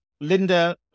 Linda